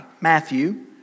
Matthew